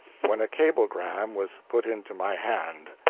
when a cablegram was put into my hand.